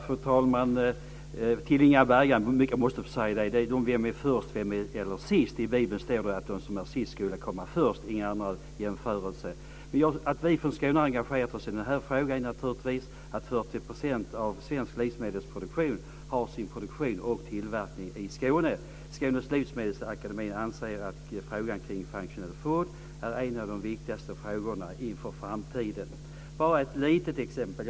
Fru talman! Jag måste få säga en sak till Inga Berggren när det gäller vem som är först och vem som är sist. I Bibeln står det att de som är sist ska komma först. Men jag gör inga andra jämförelser. Att vi från Skåne engagerat oss i den här frågan beror naturligtvis på att 40 % av svensk livsmedelsproduktion sker i Skåne. Skånes Livsmedelsakademi anser att frågan om functional food är en av de viktigaste frågorna i framtiden. Låt mig ta ett litet exempel.